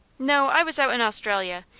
no i was out in australia.